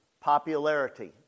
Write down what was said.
popularity